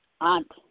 aunt